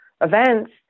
events